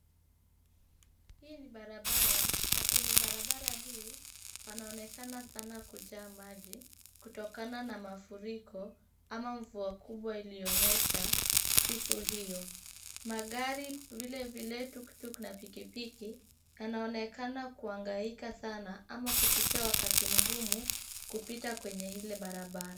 Hii ni barabara, na kwenye barabara hii panaonekana sana kujaa maji kutokana na mafuriko ama mvua kubwa iliyonyesha siku hiyo, magari vile vile tuktuk na pikipiki yanaonekana kuhangaika sana ama kupitia wakati mgumu kupita kwenye ile barabara.